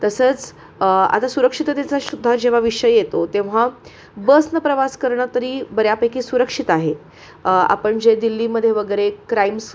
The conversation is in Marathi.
तसंच आता सुरक्षिततेचा सुद्धा जेव्हा विषय येतो तेव्हा बसनं प्रवास करणं तरी बऱ्यापैकी सुरक्षित आहे आपण जे दिल्लीमध्ये वगैरे क्राइम्स